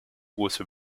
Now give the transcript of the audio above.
große